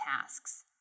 tasks